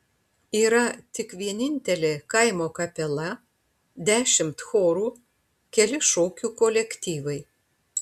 yra tik vienintelė kaimo kapela dešimt chorų keli šokių kolektyvai